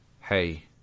hey